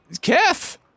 Kath